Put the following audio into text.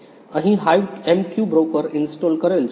અહીં HiveMQ broker install કરેલ છે